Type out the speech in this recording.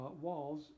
walls